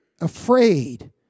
afraid